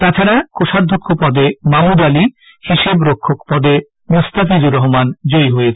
তাছাডা কোষাধ্যক্ষ পদে মামুদ আলী হিসাব রক্ষক পদে মোস্তাফিজুর রহমান জয়ী হয়েছেন